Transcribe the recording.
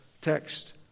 text